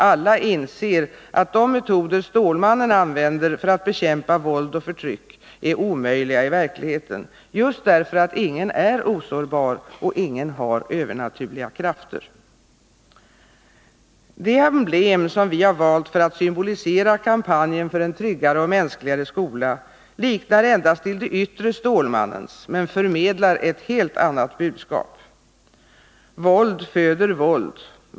Alla inser att de metoder Stålmannen använder för att bekämpa våld och förtryck är omöjliga i verkligheten, just därför att ingen är osårbar och ingen har övernaturliga krafter. Det emblem som vi har valt för att symbolisera kampanjen för en tryggare och mänskligare skola liknar endast till det yttre Stålmannens, men förmedlar ett helt annat budskap. Våld föder våld.